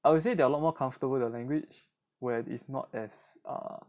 I would say they are a lot more comfortable with the language where it is not as err